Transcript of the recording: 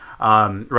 right